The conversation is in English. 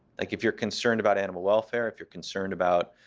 like if you're concerned about animal welfare, if you're concerned about